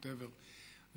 whatever,